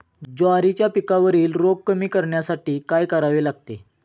ज्वारीच्या पिकावरील रोग कमी करण्यासाठी काय करावे लागेल?